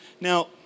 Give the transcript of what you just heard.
Now